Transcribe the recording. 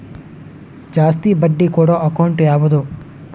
ಜಾಸ್ತಿ ಬಡ್ಡಿ ಕೊಡೋ ಅಕೌಂಟ್ ಯಾವುದು?